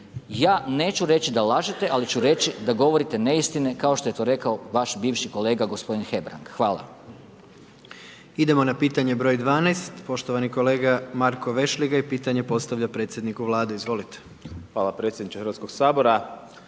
Ja neću reći da lažete ali ću reći da govorite neistine kao što je to rekao vaš bivši kolega gospodin Hebrang. Hvala. **Jandroković, Gordan (HDZ)** Idemo na pitanje broj 12, poštovani kolega Marko Vešligaj pitanje postavlja predsjedniku Vlade, izvolite. **Vešligaj, Marko (SDP)** Hvala predsjedniče Hrvatskog sabora.